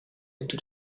into